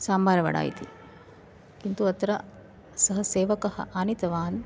साम्बारवडा इति किन्तु अत्र सः सेवकः आनीतवान्